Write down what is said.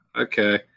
okay